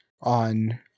on